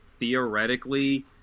theoretically